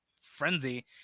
frenzy